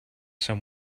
some